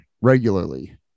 regularly